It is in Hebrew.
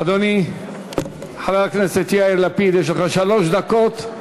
אדוני חבר הכנסת יאיר לפיד, יש לך שלוש דקות.